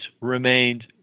remained